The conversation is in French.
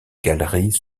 galeries